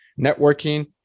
Networking